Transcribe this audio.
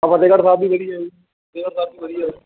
ਆ ਫਤਿਹਗੜ੍ਹ ਸਾਹਿਬ ਵੀ ਆ ਫਤਿਹਗੜ੍ਹ ਸਾਹਿਬ ਵੀ ਵਧੀਆ